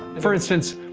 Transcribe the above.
for instance,